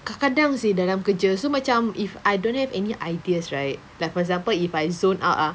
kadang kadang seh dalam kerja so macam if I don't have any ideas right like for example if I zone out ah